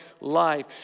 life